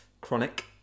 chronic